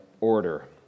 order